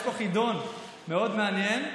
יש פה חידון מאוד מעניין.